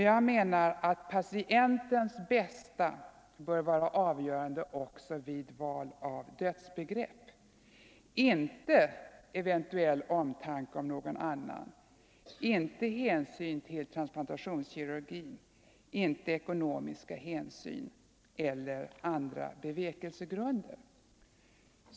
Jag menar att patientens bästa bör vara avgörande också vid val av dödsbegrepp — inte eventuell omtanke om någon annan, inte hänsyn till transplantationskirurgin, inte ekonomiska hänsyn eller andra bevekelsegrunder.